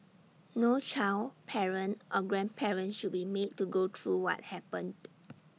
no child parent or grandparent should be made to go through what happened